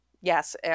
yes